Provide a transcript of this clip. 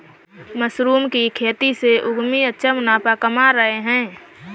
mushroom की खेती से उद्यमी अच्छा मुनाफा कमा रहे हैं